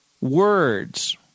words